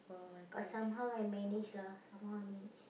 but somehow I managed lah somehow I managed